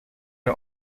are